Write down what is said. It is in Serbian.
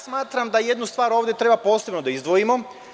Smatram da jednu stvar ovde treba posebno da izdvojimo.